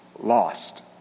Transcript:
lost